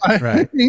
Right